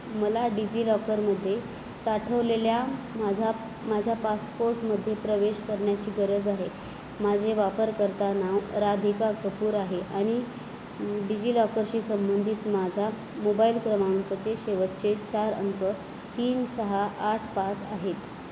मला डिजिलॉकरमध्ये साठवलेल्या माझा माझ्या पासपोर्टमध्ये प्रवेश करण्याची गरज आहे माझे वापरकर्ता नाव राधिका कपूर आहे आणि डिजिलॉकरशी संबंधित माझ्या मोबाईल क्रमांकाचे शेवटचे चार अंक तीन सहा आठ पाच आहेत